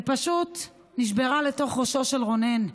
ופשוט נשברה לתוך ראשו של רונן.